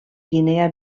guinea